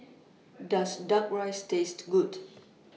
Does Duck Rice Taste Good